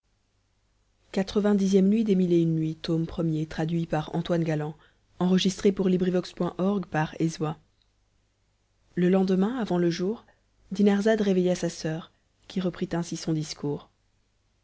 le lendemain avant le jour dinarzade réveilla sa soeur qui reprit ainsi son discours